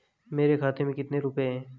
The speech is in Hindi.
मेरे खाते में कितने रुपये हैं?